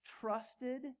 trusted